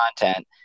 content